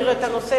שמונה?